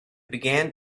began